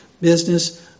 business